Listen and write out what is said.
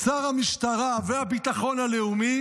שר המשטרה והביטחון הלאומי